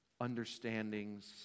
understandings